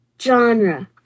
genre